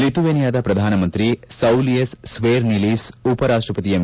ಲಿತುವೆನಿಯಾದ ಪ್ರಧಾನಮಂತ್ರಿ Saulius Skvernelis ಉಪರಾಷ್ಷಪತಿ M